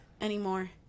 anymore